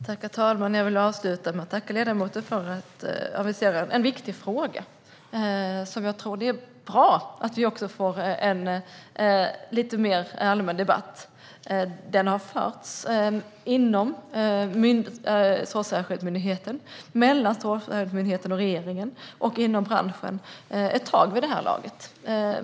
Herr talman! Jag vill avsluta med att tacka ledamoten för att han aviserar en viktig fråga som jag tror att det är bra att vi får en lite mer allmän debatt om. Den har förts ett tag vid det här laget inom Strålsäkerhetsmyndigheten, mellan Strålsäkerhetsmyndigheten och regeringen och inom branschen.